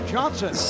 Johnson